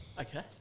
Okay